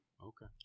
Okay